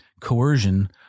coercion